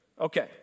Okay